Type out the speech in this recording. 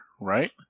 right